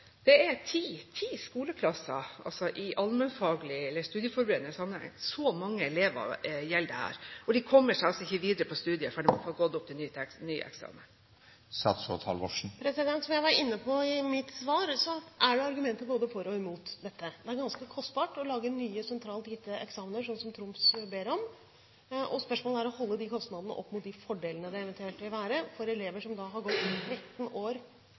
de kommer seg altså ikke videre på et studium før de har gått opp til ny eksamen. Som jeg var inne på i mitt svar, er det argumenter både for og imot dette. Det er ganske kostbart å lage nye sentralt gitte eksamener, sånn som Troms ber om, og spørsmålet er – når man holder disse kostnadene opp mot de fordelene det eventuelt vil være for elever som har gått 13 år